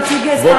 במקום נציג ספרדי.